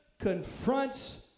confronts